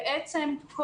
בעצם,